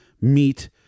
meat